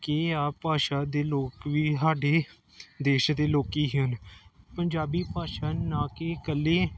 ਕਿ ਆਹ ਭਾਸ਼ਾ ਦੇ ਲੋਕ ਵੀ ਸਾਡੇ ਦੇਸ਼ ਦੇ ਲੋਕ ਹਨ ਪੰਜਾਬੀ ਭਾਸ਼ਾ ਨਾ ਕਿ ਇਕੱਲੀ